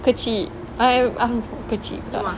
kecil I um kecil